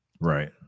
Right